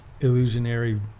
illusionary